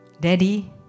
Daddy